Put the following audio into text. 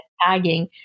tagging